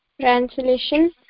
Translation